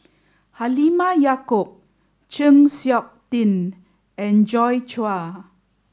Halimah Yacob Chng Seok Tin and Joi Chua